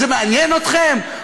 זה מעניין אתכם?